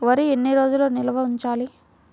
వరి ఎన్ని రోజులు నిల్వ ఉంచాలి?